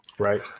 Right